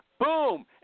Boom